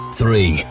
three